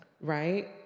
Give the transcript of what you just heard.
right